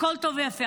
הכול טוב ויפה,